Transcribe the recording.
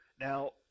Now